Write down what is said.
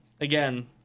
again